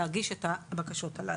להגיש את הבקשות הללו.